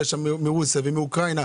ויש שם מרוסיה ומאוקראינה,